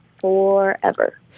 forever